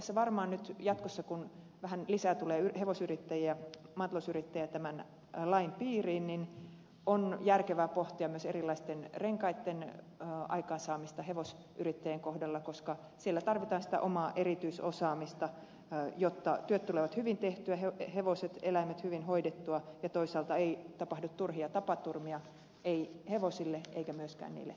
tässä varmaan nyt jatkossa kun vähän lisää tulee hevosyrittäjiä maatalousyrittäjiä tämän lain piiriin on järkevää pohtia myös erilaisten renkaitten aikaansaamista hevosyrittäjien kohdalla koska siellä tarvitaan sitä omaa erityisosaamista jotta työt tulevat hyvin tehtyä hevoset eläimet hyvin hoidettua ja toisaalta ei tapahdu turhia tapaturmia hevosille eikä myöskään lomittajille